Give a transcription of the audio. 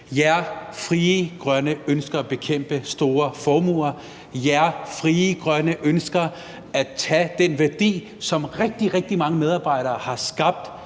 Ja, Frie Grønne ønsker at bekæmpe store formuer. Ja, Frie Grønne ønsker at tage den værdi, som rigtig, rigtig mange medarbejdere har skabt,